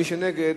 מי שנגד,